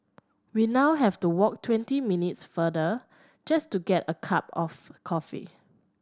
we now have to walk twenty minutes farther just to get a cup of coffee